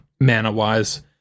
mana-wise